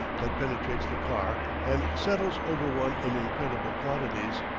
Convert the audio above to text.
that penetrates the car and settles over one in incredible quantities.